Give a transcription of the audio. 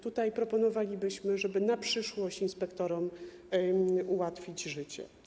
Tutaj proponowalibyśmy, żeby na przyszłość inspektorom ułatwić życie.